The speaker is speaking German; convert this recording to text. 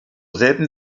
selben